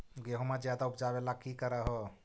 गेहुमा ज्यादा उपजाबे ला की कर हो?